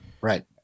Right